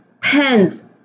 Pens